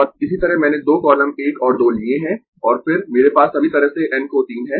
और इसी तरह मैंने 2 कॉलम 1 और 2 लिए है और फिर मेरे पास सभी तरह से N को 3 है